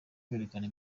kwerekana